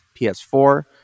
ps4